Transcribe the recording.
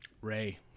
Ray